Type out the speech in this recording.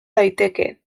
daiteke